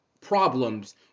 problems